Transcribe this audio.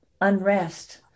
unrest